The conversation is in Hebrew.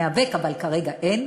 ניאבק, אבל כרגע אין.